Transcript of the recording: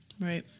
Right